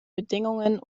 bedingungen